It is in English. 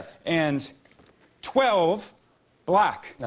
and twelve black. ah